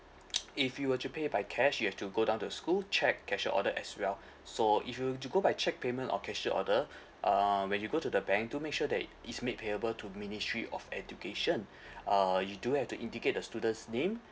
if you were to pay by cash you have to go down the school cheque cashier order as well so if you to go by cheque payment or cashier order um when you go to the bank do make sure that it's made payable to ministry of education uh you do have to indicate the student's name